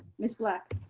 ms. black?